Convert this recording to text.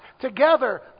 together